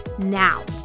now